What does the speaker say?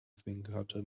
zwinkerte